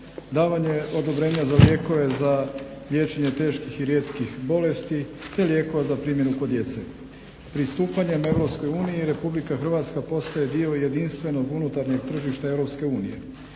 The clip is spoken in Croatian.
davanje odobrenja za lijekove za liječenje teških i rijetkih bolesti te lijekova za primjenu kod djece. Pristupanjem EU Republika Hrvatska postaje dio jedinstvenog unutarnjeg tržišta EU.